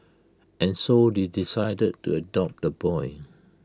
and so they decided to adopt the boy